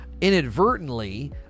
inadvertently